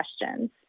questions